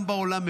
גם בעולם,